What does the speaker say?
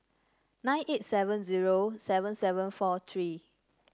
nine eight seven zero seven seven four three